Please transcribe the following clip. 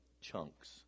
chunks